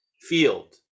field